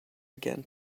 began